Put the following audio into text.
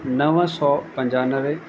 नव सौ पंजानवे